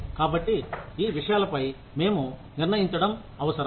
కాబట్టి ఈ విషయాలపై మేము నిర్ణయించడం అవసరం